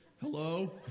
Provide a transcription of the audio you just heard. Hello